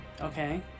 Okay